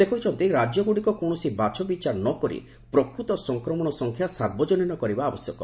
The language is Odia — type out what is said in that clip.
ସେ କହିଛନ୍ତି ରାଜ୍ୟଗୁଡ଼ିକ କୌଣସି ବାଛବିଚାର ନ କରି ପ୍ରକୃତ ସଂକ୍ରମଣ ସଂଖ୍ୟା ସାର୍ବଜନୀନ କରିବା ଆବଶ୍ୟକ